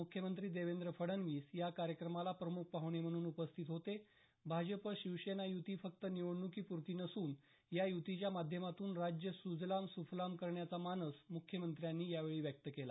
मुख्यमंत्री देवेंद्र फडणवीस या कार्यक्रमाला प्रमुख पाहुणे म्हणून उपस्थित होते भाजपा शिवसेना युती फक्त निवडणुकीपुरती नसून या युतीच्या माध्यमातून राज्य सुजलाम सुफलाम करण्याचा मानस मुख्यमंत्र्यांनी यावेळी व्यक्त केला